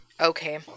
okay